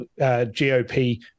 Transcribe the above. GOP